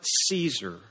caesar